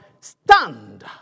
stand